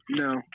no